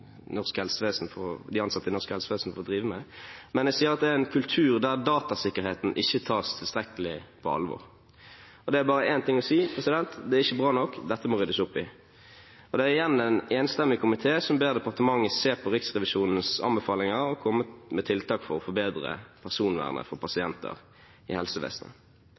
de ansatte i norsk helsevesen for å drive med, men jeg sier at det er en kultur der datasikkerheten ikke tas tilstrekkelig på alvor. Det er bare én ting å si: Det er ikke bra nok, dette må det ryddes opp i. Og det er igjen en enstemmig komité som ber departementet se på Riksrevisjonens anbefalinger og komme med tiltak for å forbedre personvernet for pasienter i helsevesenet.